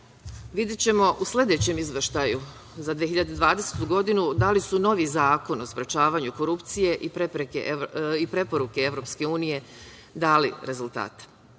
videćemo u sledećem izveštaju za 2020. godinu da li su novi Zakon o sprečavanju korupcije i preporuke EU dali rezultate.